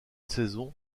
saison